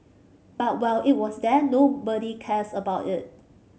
but while it was there nobody cares about it